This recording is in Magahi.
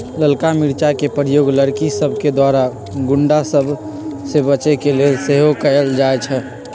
ललका मिरचाइ के प्रयोग लड़कि सभके द्वारा गुण्डा सभ से बचे के लेल सेहो कएल जाइ छइ